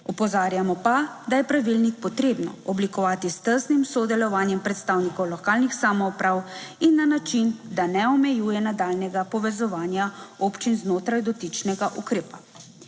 Opozarjamo pa, da je pravilnik potrebno oblikovati s tesnim sodelovanjem predstavnikov lokalnih samouprav in na način, da ne omejuje nadaljnjega povezovanja občin znotraj dotičnega ukrepa.